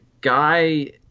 guy